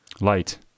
Light